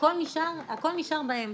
הכול נשאר באמצע.